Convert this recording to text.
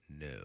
No